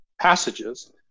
passages